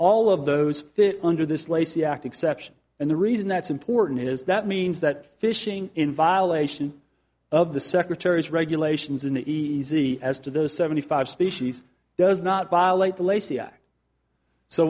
all of those fit under this lacey act exception and the reason that's important is that means that fishing in violation of the secretary's regulations in the easy as to those seventy five species does not violate the lacie act so